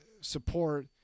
support